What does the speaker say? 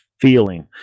feeling